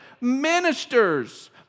ministers